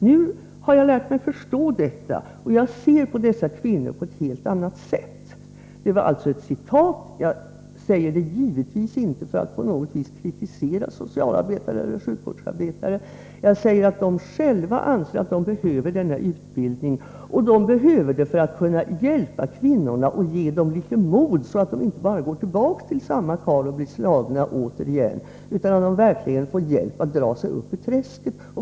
Nu har jag lärt mig förstå detta, och jag ser på dessa kvinnor på ett helt annat sätt. Detta var alltså ett referat, och jag har givetvis inte givit det för att på något vis kritisera socialarbetare eller sjukvårdsarbetare. De anser själva att de behöver denna utbildning för att kunna hjälpa kvinnorna och ge dem litet mod, så att de inte går tillbaka till samma karl och blir slagna återigen utan verkligen får hjälp att ta sig upp ur träsket.